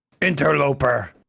Interloper